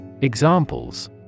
Examples